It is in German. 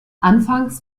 anfangs